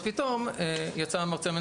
אז פתאום יצא המרצע מן השק.